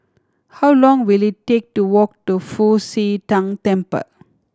how long will it take to walk to Fu Xi Tang Temple